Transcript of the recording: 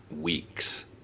weeks